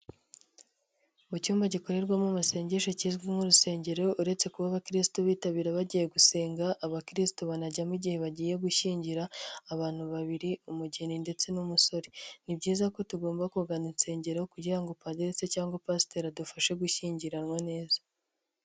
Mu cyumba gikorerwamo amasengesho kizwi nk'urusengero, uretse kuba abaksitu bitabira bagiye gusenga, abakristu banajyamo igihe bagiye gushyingira, abantu babiri umugeni ndetse n'umusore. Ni byiza ko tugomba kugana insengero kugira ngo padiri se cyangwa pasiteri adufashe gushyingiranwa neza.